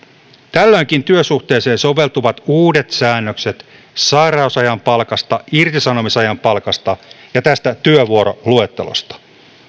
tällöinkin työsuhteeseen soveltuvat uudet säännökset sairausajan palkasta irtisanomisajan palkasta ja työvuoroluettelosta